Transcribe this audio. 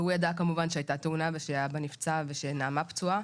והוא ידע כמובן שהייתה תאונה ושאבא נפצע ושנעמה פצועה,